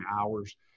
hours